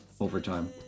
overtime